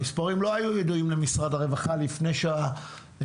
המספרים לא היו ידועים למשרד הרווחה לפני שהאדונים